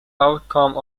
outcome